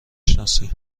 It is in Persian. شناسی